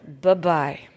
Bye-bye